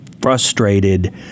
frustrated